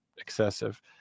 excessive